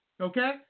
Okay